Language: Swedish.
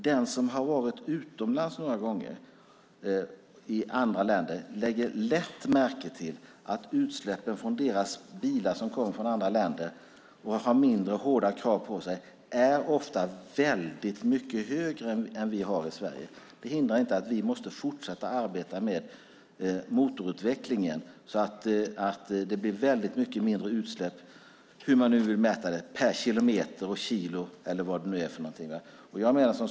Den som har varit utomlands några gånger i andra länder lägger lätt märke till att utsläppen från bilar som kommer från andra länder och har mindre hårda krav på sig ofta är väldigt mycket högre än dem vi har i Sverige. Det hindrar inte att vi måste fortsätta att arbeta med motorutvecklingen så att det blir betydligt mindre utsläpp per kilometer och kilo eller hur man vill mäta det.